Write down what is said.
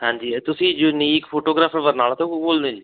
ਹਾਂਜੀ ਅ ਤੁਸੀਂ ਯੂਨੀਕ ਫੋਟੋਗ੍ਰਾਫਰ ਬਰਨਾਲਾ ਤੋਂ ਬੋਲਦੇ ਜੀ